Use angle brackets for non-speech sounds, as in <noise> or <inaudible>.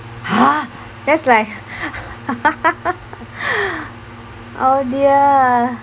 !huh! that's like <noise> oh dear